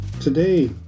today